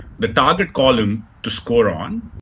the target column to score on,